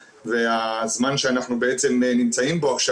והזמן שאנחנו בעצם נמצאים בו עכשיו.